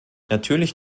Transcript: natürlich